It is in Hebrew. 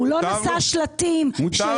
הוא לא תלה שלטים של הבנק.